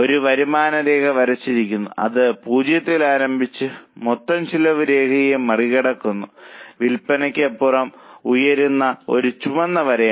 ഒരു വരുമാന രേഖ വരച്ചിരിക്കുന്നു അത് 0 ൽ ആരംഭിച്ച് മൊത്തം ചെലവ് രേഖയെ മറികടക്കുന്ന വിലയ്ക്കപ്പുറം ഉയരുന്ന ഒരു ചുവന്ന വരയാണ്